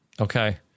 Okay